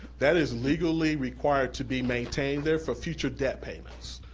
that is legally required to be maintained there for future debt payments.